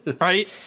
Right